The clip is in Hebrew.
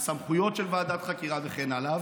עם סמכויות של ועדת חקירה וכן הלאה,